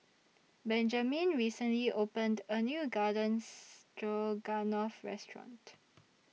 Benjamine recently opened A New Garden Stroganoff Restaurant